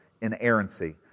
inerrancy